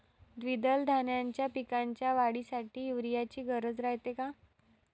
द्विदल धान्याच्या पिकाच्या वाढीसाठी यूरिया ची गरज रायते का?